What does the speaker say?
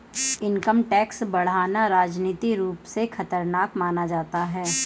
income tax बढ़ाना राजनीतिक रूप से खतरनाक माना जाता है